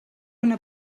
una